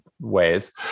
ways